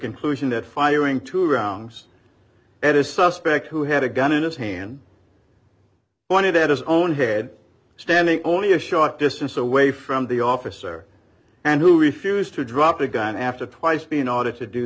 conclusion that firing two rounds at is suspect who had a gun in his hand pointed at his own head standing only a short distance away from the officer and who refused to drop a gun after twice being audit to do